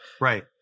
Right